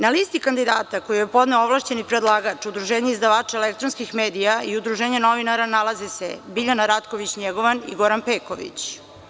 Na listi kandidata koju je podneo ovlašćeni predlagač Udruženja izdavača elektronskih medija i Udruženja novinara nalaze se Biljana Ratković Njegovan i Goran Peković.